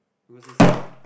who got says